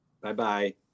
Bye-bye